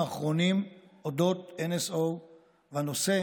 נעבור להצעה לסדר-היום בנושא: